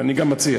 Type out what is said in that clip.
ואני גם מציע,